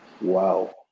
wow